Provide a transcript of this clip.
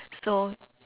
so